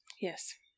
yes